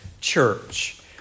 church